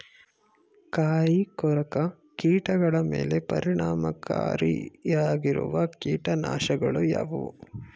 ಕಾಯಿಕೊರಕ ಕೀಟಗಳ ಮೇಲೆ ಪರಿಣಾಮಕಾರಿಯಾಗಿರುವ ಕೀಟನಾಶಗಳು ಯಾವುವು?